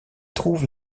trouve